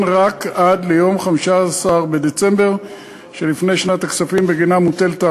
יינתן עד יום 15 בדצמבר שלפני שנת הכספים שבגינה הארנונה מוטלת,